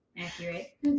accurate